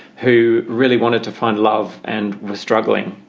who really wanted to find love and were struggling.